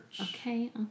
Okay